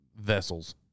vessels